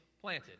planted